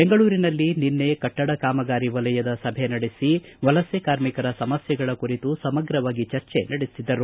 ಬೆಂಗಳೂರಿನಲ್ಲಿ ನಿನ್ನೆ ಕಟ್ಟಡ ಕಾಮಗಾರಿ ವಲಯದ ಸಭೆ ನಡೆಸಿ ವಲಸೆ ಕಾರ್ಮಿಕರ ಸಮಸ್ಥೆಗಳ ಕುರಿತು ಸಮಗ್ರವಾಗಿ ಚರ್ಚೆ ನಡೆಸಿದರು